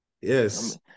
Yes